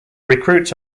recruits